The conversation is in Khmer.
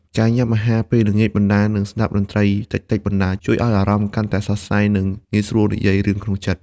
ការញ៉ាំអាហារពេលល្ងាចបណ្ដើរ និងស្ដាប់តន្ត្រីតិចៗបណ្ដើរ ជួយឱ្យអារម្មណ៍កាន់តែស្រស់ស្រាយ និងងាយស្រួលនិយាយរឿងក្នុងចិត្ត។